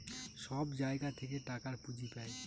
সব জায়গা থেকে টাকার পুঁজি পাই